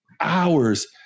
hours